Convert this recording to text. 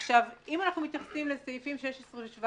עכשיו, אם אנחנו מתייחסים לסעיפים 16 ו-17